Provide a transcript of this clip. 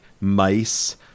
mice